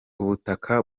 ubutaka